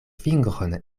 fingron